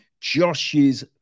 Josh's